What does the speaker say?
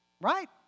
Right